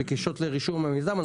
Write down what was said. בקשות לרישום המיזם.